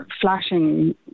flashing